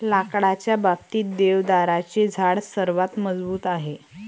लाकडाच्या बाबतीत, देवदाराचे झाड सर्वात मजबूत आहे